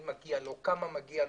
למי וכמה מגיע,